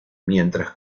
mientras